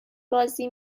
بازی